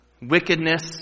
Wickedness